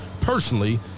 personally